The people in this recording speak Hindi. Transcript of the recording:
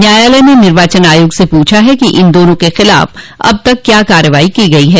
न्यायालय ने निर्वाचन आयोग से पूछा है कि इन दोनों के खिलाफ अब तक क्या कार्रवाई को गई है